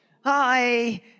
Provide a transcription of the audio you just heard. Hi